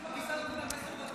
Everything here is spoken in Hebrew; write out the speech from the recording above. --- עשר דקות, מה קרה?